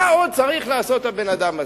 מה עוד צריך לעשות הבן-אדם הזה?